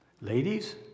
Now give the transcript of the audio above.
ladies